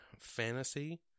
fantasy